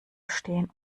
stehen